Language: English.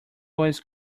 always